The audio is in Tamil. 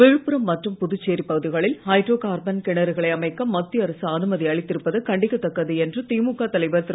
விழுப்புரம் மற்றும் புதுச்சேரி பகுதிகளில் ஹைட்ரோ கார்பன் கிணறுகளை அமைக்க மத்திய அரசு அனுமதி அளித்திருப்பது கண்டிக்கத் தக்கது என்று திமுக தலைவர் திரு